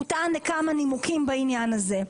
הוא טען לכמה נימוקים בעניין הזה.